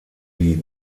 die